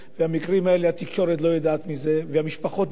והמקרים האלה,